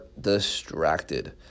distracted